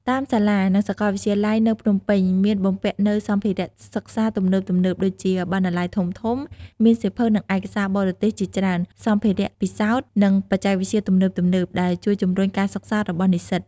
តាមសាលានិងសាកលវិទ្យាល័យនៅភ្នំពេញមានបំពាក់នូវសម្ភារៈសិក្សាទំនើបៗដូចជា បណ្ណាល័យធំៗ មានសៀវភៅនិងឯកសារបរទេសជាច្រើន សម្ភារៈពិសោធន៍ និងបច្ចេកវិទ្យាទំនើបៗ ដែលជួយជំរុញការសិក្សារបស់និស្សិត។